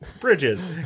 bridges